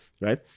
right